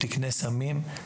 תקנה סמים,